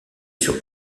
sur